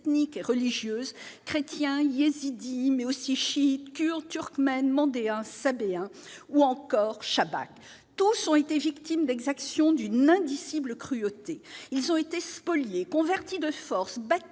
ethniques et religieuses chrétiens yézidis mais aussi chiites, kurdes, turkmènes demander Saber hein ou encore Chabaks, tous ont été victimes d'exactions d'une indicible cruauté, ils ont été spoliés convertis de force battu